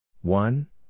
One